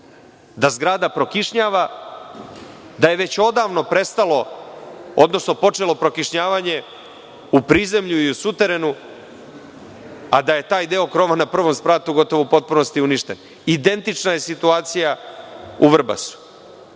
da zgrada prokišnjava, da je već odavno prestalo, odnosno, počelo prokišnjavanje u prizemlju i u suterenu, a da je taj deo krova na prvom spratu gotovo u potpunosti uništen. Identična je situacija u Vrbasu. Dakle,